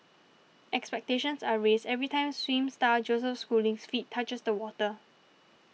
expectations are raised every time swim star Joseph Schooling's feet touches the water